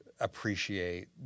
appreciate